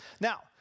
Now